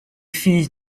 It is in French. fils